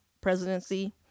presidency